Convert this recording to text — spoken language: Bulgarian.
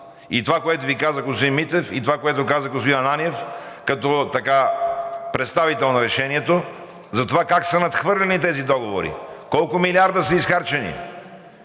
И това, което Ви каза господин Митев, и това, което каза господин Ананиев, като представител на решението, за това как са надхвърляни тази договори, колко милиарда са изхарчени